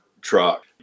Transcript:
truck